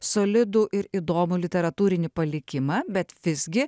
solidų ir įdomų literatūrinį palikimą bet visgi